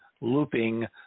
looping